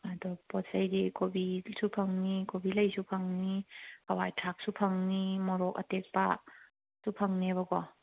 ꯑꯗꯣ ꯄꯣꯠ ꯆꯩꯗꯤ ꯀꯣꯕꯤꯗꯨꯁꯨ ꯐꯪꯅꯤ ꯀꯣꯕꯤ ꯂꯩꯁꯨ ꯐꯪꯅꯤ ꯍꯋꯥꯏ ꯊ꯭ꯔꯥꯛꯁꯨ ꯐꯪꯅꯤ ꯃꯣꯔꯣꯛ ꯑꯇꯦꯛꯄꯁꯨ ꯐꯪꯅꯦꯕꯀꯣ